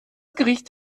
gericht